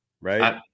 Right